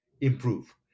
improve